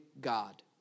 God